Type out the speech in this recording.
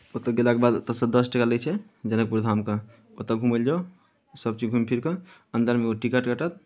ओतय गेलाके बाद ओतयसँ दस टाका लै छै जनकपुर धामके ओतय घूमय लए जाउ सभचीज घुमि फिरि कऽ अन्दरमे एगो टिकट कटत